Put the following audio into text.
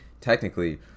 technically